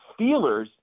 Steelers